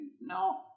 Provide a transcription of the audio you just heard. No